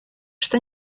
что